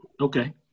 Okay